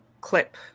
clip